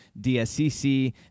DSCC